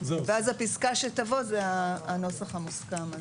ואז הפיסקה שתבוא זה הנוסח המוסכם הזה.